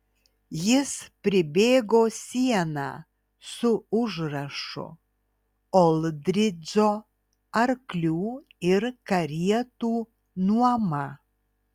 jis pribėgo sieną su užrašu oldridžo arklių ir karietų nuoma